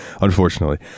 Unfortunately